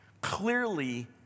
Clearly